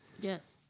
Yes